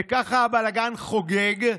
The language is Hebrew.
וככה הבלגן חוגג.